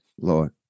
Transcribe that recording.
Lord